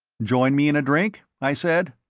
join me in a drink? i said.